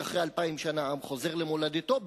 שאחרי אלפיים שנה עם חוזר למולדתו,